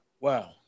wow